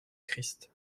christ